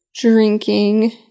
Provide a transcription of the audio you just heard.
drinking